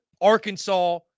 Arkansas